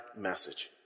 message